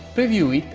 preview it,